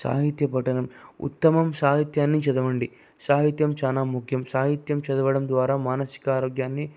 సాహిత్య పఠనం ఉత్తమ సాహిత్యాన్ని చదవండి సాహిత్యం చాలా ముఖ్యం సాహిత్యం చదవడం ద్వారా మానసిక ఆరోగ్యాన్ని